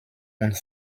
und